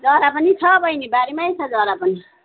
जरा पनि छ बहिनी बारीमै छ जरा पनि